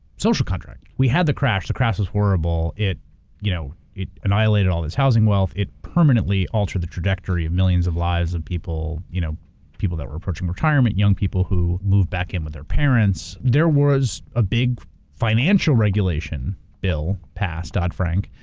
social contract. we had the crash, the crash was horrible, it you know it annihilated all this housing wealth. it permanently altered the trajectory of millions of lives of people you know people that were approaching retirement, young people who move back in with their parents. there was a big financial regulation bill passed dood-frank,